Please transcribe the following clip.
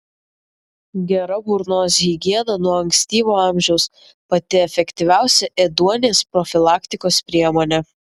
gera burnos higiena nuo ankstyvo amžiaus pati efektyviausia ėduonies profilaktikos priemonė